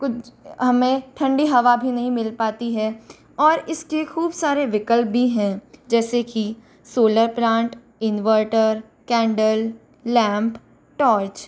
कुछ हमें ठंडी हवा भी नहीं मिल पाती है और इसके खूब सारे विकल्प भी हैं जैसे की solar plant inverter candle lamp torch